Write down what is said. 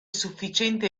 sufficiente